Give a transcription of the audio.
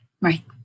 Right